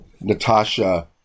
Natasha